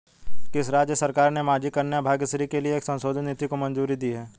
किस राज्य सरकार ने माझी कन्या भाग्यश्री के लिए एक संशोधित नीति को मंजूरी दी है?